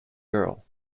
girl